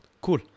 Cool